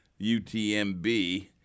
UTMB